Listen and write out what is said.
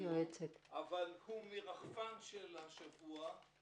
אבל הוא מרחפן של השבוע.